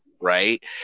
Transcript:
right